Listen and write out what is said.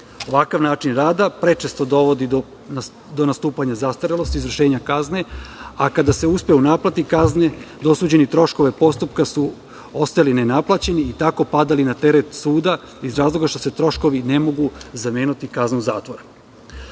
Ovakav način rada prečesto dovodi do nastupanja zastarelosti izvršenja kazne, a kada se uspe u naplati kazne, dosuđeni troškovi postupka su ostali ne naplaćeni i tako padali na teret suda, iz razloga što se troškovi ne mogu zameniti kaznom zatvora.